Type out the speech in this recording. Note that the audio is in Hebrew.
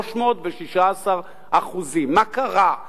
316%. מה קרה?